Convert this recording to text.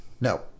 No